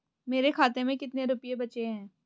मेरे खाते में कितने रुपये बचे हैं?